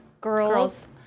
girls